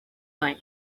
line